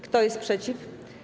Kto jest przeciw?